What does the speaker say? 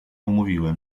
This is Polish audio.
umówiłem